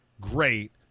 great